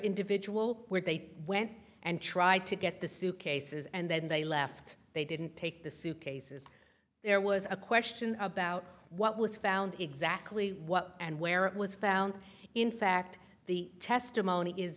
individual where they went and tried to get the suitcases and then they left they didn't take the suitcases there was a question about what was found exactly what and where it was found in fact the testimony is